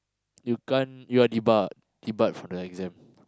you can't you are debarred debarred from the exam